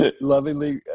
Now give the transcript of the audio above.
lovingly